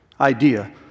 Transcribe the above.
idea